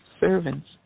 servant's